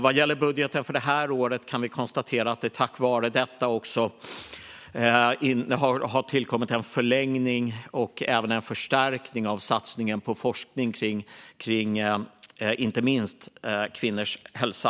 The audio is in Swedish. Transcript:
Vad gäller budgeten för det här året kan vi konstatera att det tack vare detta också har tillkommit en förlängning och även en förstärkning av satsningen på forskning om inte minst kvinnors hälsa.